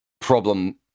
problem